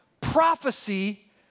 prophecy